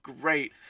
great